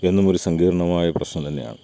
എന്നും ഒരു സങ്കീർണമായ പ്രശ്നം തന്നെയാണ്